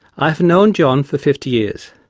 i have known john for fifty years.